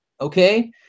okay